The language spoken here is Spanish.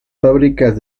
fábricas